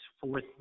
fourth